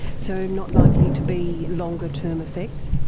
so, not likely to be longer-term effects?